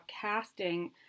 casting